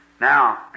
Now